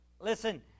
Listen